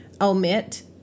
omit